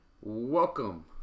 Welcome